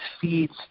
feeds